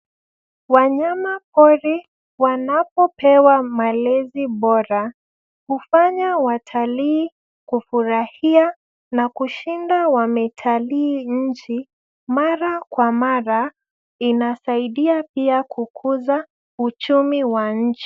Wanyamapori wanapopewa malezi bora hufanya watalii kufurahia na kushinda wametalii nchi mara kwa mara. Inasaidia pia kukuza uchumi wa nchi.